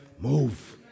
move